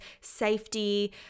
safety